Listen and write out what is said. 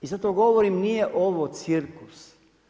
I zato govorim nije ovo cirkus.